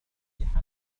الطاولة